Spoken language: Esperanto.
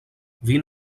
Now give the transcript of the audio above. vin